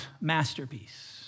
masterpiece